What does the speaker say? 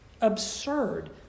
absurd